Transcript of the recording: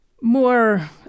more